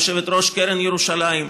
יושבת-ראש קרן ירושלים.